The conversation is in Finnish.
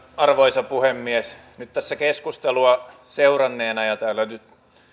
arvoisa puhemies tässä keskustelua seuranneena ja ja täällä nyt